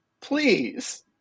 Please